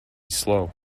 slow